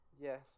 yes